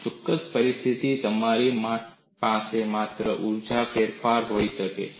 ચોક્કસ પરિસ્થિતિમાં તમારી પાસે માત્ર તાણ ઊર્જામાં ફેરફાર હોઈ શકે છે